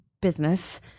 business